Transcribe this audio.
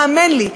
האמן לי,